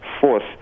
fourth